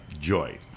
Joy